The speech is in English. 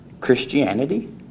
Christianity